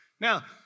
Now